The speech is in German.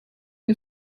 der